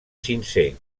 sincer